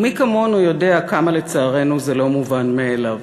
ומי כמונו יודע כמה לצערנו זה לא מובן מאליו.